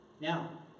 Now